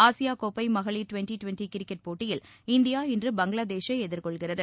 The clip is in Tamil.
ஆசியா கோப்பை மகளிர் டுவென்டி டுவென்டி கிரிக்கெட் போட்டியில் இந்தியா இன்று பங்களாதேஷை எதிர்கொள்கிறது